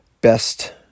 best